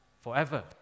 forever